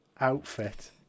outfit